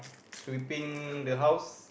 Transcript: sweeping the house